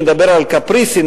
מדבר על קפריסין,